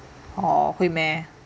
orh 会 meh